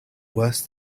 worse